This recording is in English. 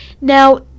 Now